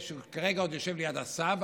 שכרגע עוד יושב ליד הסבא,